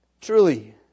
truly